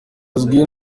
azwiho